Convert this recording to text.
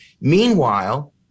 Meanwhile